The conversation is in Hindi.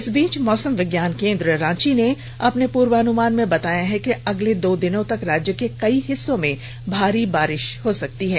इस बीच मौसम विज्ञान केंद्र रांची ने अपने पूर्वानुमान में बताया है कि अगले दो दिनों तक राज्य के कई हिस्सों में भारी बारिश हो सकती है